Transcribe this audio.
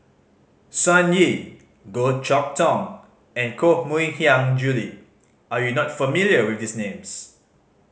Sun Yee Goh Chok Tong and Koh Mui Hiang Julie are you not familiar with these names